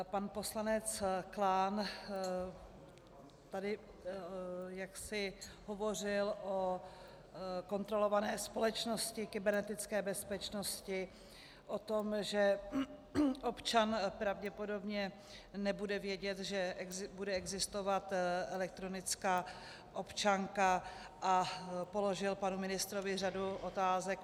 Pan poslanec Klán tady hovořil o kontrolované společnosti, kybernetické bezpečnosti, o tom, že občan pravděpodobně nebude vědět, že bude existovat elektronická občanka, a položil panu ministrovi řadu otázek.